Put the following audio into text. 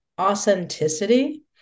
authenticity